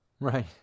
right